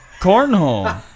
Cornhole